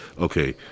okay